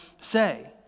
say